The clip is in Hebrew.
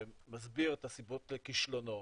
שמסביר את הסיבות לכישלונו.